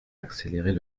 accélérer